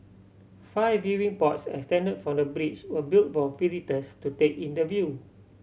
five viewing pods extend from the bridge were built for visitors to take in the view